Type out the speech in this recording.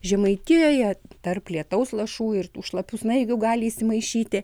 žemaitijoje tarp lietaus lašų ir tų šlapių snaigių gali įsimaišyti